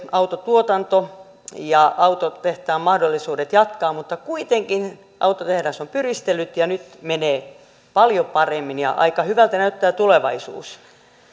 autotuotanto ja autotehtaan mahdollisuudet jatkaa ovat hiipuneet mutta kuitenkin autotehdas on pyristellyt ja nyt menee paljon paremmin ja aika hyvältä näyttää tulevaisuus